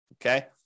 Okay